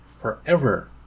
forever